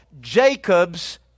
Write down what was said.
Jacob's